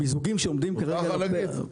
מותר לך להגיד.